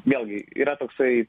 vėlgi yra toksai